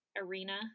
arena